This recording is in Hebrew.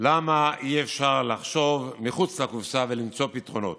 למה אי-אפשר לחשוב מחוץ לקופסה ולמצוא פתרונות?